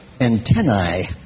antennae